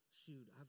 shoot